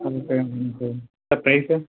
ம் சரிங்க ம் சரிங்க சார் ப்ரைஸ் சார்